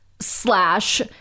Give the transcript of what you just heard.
Slash